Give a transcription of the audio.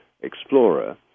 explorer